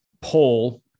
poll